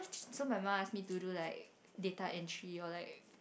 so my mom ask me to do like data entry or like